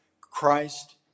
Christ